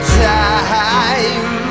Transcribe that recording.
time